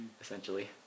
essentially